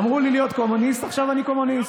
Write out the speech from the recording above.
אמרו לי להיות קומוניסט ועכשיו אני קומוניסט.